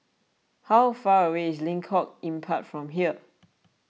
how far away is Lengkong Empat from here